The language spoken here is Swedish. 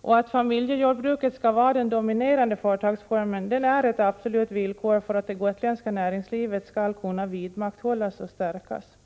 och att familjejordbruket skall vara den dominerande företagsformen är ett absolut villkor för att det gotländska näringslivet skall kunna vidmakthållas och stärkas.